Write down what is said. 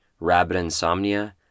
RabbitInsomnia